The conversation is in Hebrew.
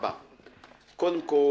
קודם כל,